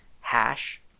hash